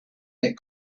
that